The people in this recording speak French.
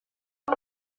que